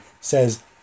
says